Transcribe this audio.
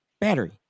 battery